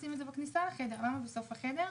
שישים את זה בכניסה לחדר ולא בסוף החדר.